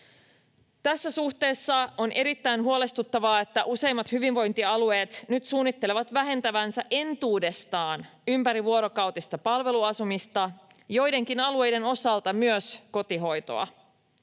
Tässä suhteessa on erittäin huolestuttavaa, että useimmat hyvinvointialueet nyt suunnittelevat entuudestaan vähentävänsä ympärivuorokautista palveluasumista, joidenkin alueiden osalta myös kotihoitoa.